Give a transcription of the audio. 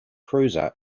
cruiser